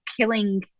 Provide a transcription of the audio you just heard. killing